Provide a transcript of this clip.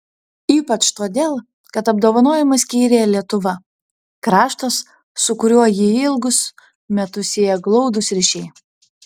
ypač todėl kad apdovanojimą skyrė lietuva kraštas su kuriuo jį ilgus metus sieja glaudūs ryšiai